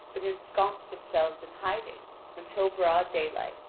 but ensconce themselves in hiding until broad daylight.